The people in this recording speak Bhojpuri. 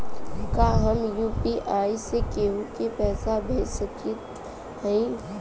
का हम यू.पी.आई से केहू के पैसा भेज सकत हई?